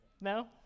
No